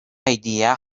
idea